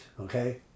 okay